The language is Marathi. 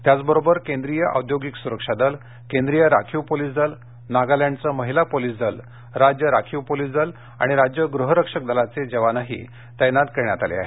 त्याच बरोबर केंद्रीय औद्योगिक सुरक्षा दल केंद्रीय राखीव पोलीस दल नागालँडचे महिला पोलीस दल राज्य राखीव पोलीस दल आणि राज्य गृहरक्षक दलाचे जवानही तैनात करण्यात आले आहेत